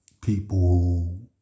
people